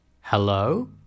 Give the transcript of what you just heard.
hello